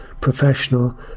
professional